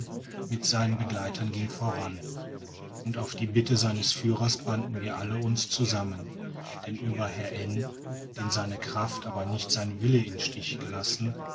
mit seinen begleitern ging voran und auf die bitte seines führers banden wir alle uns zusammen denn über herrn n den seine kraft nicht aber sein wille im stich gelassen